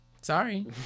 sorry